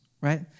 right